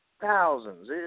thousands